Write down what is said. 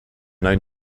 known